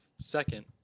second